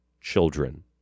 children